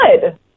good